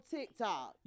TikTok